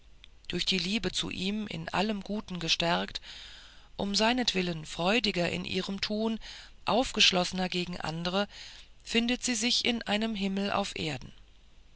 durch die liebe zu ihm in allem guten gestärkt um seinetwillen freudiger in ihrem tun aufgeschlossener gegen andre findet sie sich in einem himmel auf erden